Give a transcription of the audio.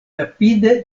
rapide